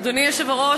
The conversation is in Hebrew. אדוני היושב-ראש,